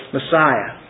Messiah